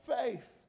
faith